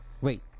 wait